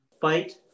Fight